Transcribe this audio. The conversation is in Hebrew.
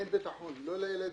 אין ביטחון לא לילדים,